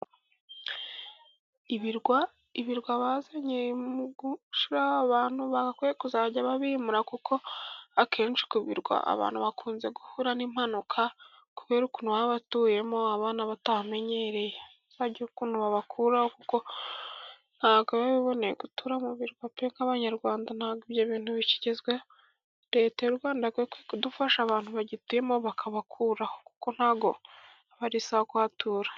Ibirwa bazanye mu gushyiraho abantu bakwiye kuzajya babimura, kuko akenshi ku birwa abantu bakunze guhura n'impanuka, kubera ukuntu baba batuyemo abana batamenyereye, bajye bareba ukuntu babakuraho kuko ntabwo biboneye gutura mu birwa, nk'abanyarwanda ntabwo bikigezweho, Leta y'u Rwanda yagakwiye kudufasha abantu bagituyemo bakabakuraho, kuko ntabwo ari sawa kuhatura.